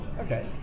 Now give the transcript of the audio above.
okay